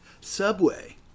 Subway